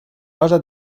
rosa